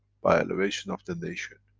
by elevation of the nation,